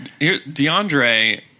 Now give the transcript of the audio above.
DeAndre